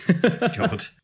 God